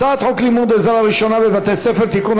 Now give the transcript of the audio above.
הצעת חוק לימוד עזרה ראשונה בבתי ספר (תיקון,